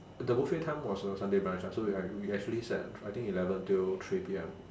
the buffet time was a sunday brunch ah so we like we actually sat I think eleven till three P_M